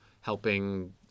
helping